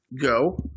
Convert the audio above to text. go